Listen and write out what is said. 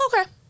Okay